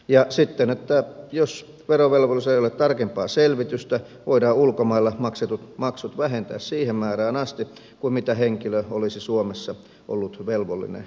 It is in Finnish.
jos verovelvollisella ei ole tarkempaa selvitystä voidaan ulkomailla maksetut maksut vähentää siihen määrään asti kuin mitä henkilö olisi suomessa ollut velvollinen maksamaan